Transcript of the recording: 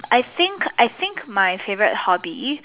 I think I think my favourite hobby